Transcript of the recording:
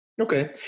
Okay